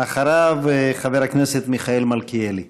אחריו, חבר הכנסת מיכאל מלכיאלי.